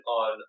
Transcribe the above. on